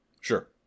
Sure